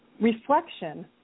Reflection